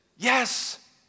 Yes